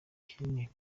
kinini